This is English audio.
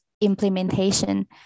implementation